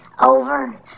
Over